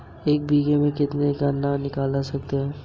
एक बीघे में से कितना गन्ना निकाल सकते हैं?